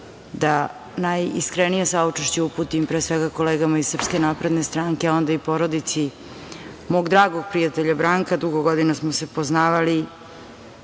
da najiskrenije saučešće uputim pre svega kolegama iz SNS, a onda i porodici mog dragog prijatelja Branka. Dugo godina smo se poznavali